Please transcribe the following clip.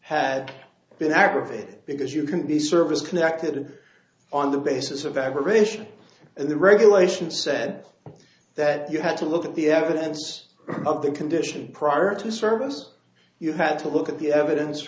had been aggravated because you can be service connected on the basis of aberration and the regulations said that you had to look at the evidence of the condition prior to service you had to look at the evidence